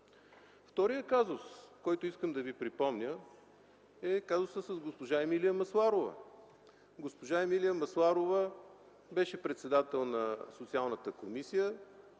Вторият казус, който искам да ви припомня, е казусът с госпожа Емилия Масларова. Тя беше председател на Социалната комисия,